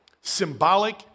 symbolic